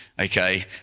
Okay